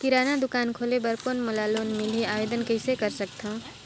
किराना दुकान खोले बर कौन मोला लोन मिलही? आवेदन कइसे कर सकथव?